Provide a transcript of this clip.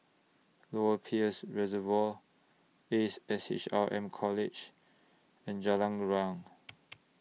Lower Peirce Reservoir Ace S H R M College and Jalan Riang